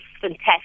fantastic